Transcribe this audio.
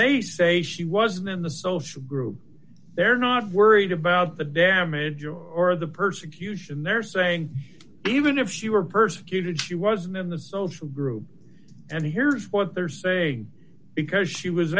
they say she wasn't in the social group they're not worried about the damage or the persecution they're saying even if she were persecuted she wasn't in the social group and here's what they're saying because she was